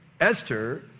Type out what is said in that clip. Esther